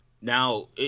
now